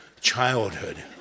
childhood